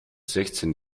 sechzehn